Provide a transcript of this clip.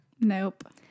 Nope